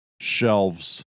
Shelves